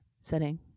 setting